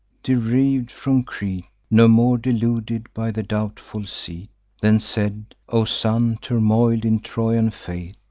deriv'd from crete no more deluded by the doubtful seat then said o son, turmoil'd in trojan fate!